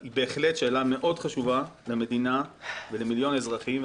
היא בהחלט שאלה מאוד חשובה למדינה ולמיליון אזרחים.